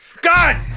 God